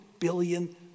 Billion